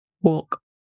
walk